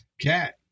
Cat